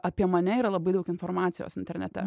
apie mane yra labai daug informacijos internete